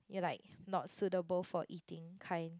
ya like not suitable for eating kind